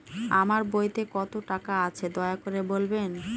আমার বইতে কত টাকা আছে দয়া করে বলবেন?